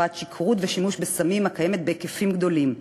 תופעת שכרות ושימוש בסמים הקיימת בהיקפים גדולים,